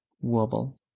wobble